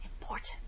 important